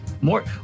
More